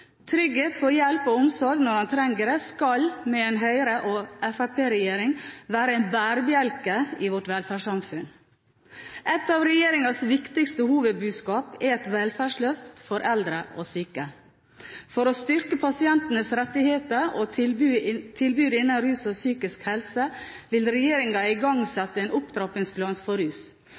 Trygghet for hjelp og omsorg når man trenger det, skal med en Høyre- og Fremskrittsparti-regjering være en bærebjelke i vårt velferdssamfunn. Et av regjeringens viktigste hovedbudskap er et velferdsløft for eldre og syke. For å styrke pasientens rettigheter og tilbudet innen rus og psykisk helse vil regjeringen igangsette en opptrappingsplan for rus.